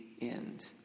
end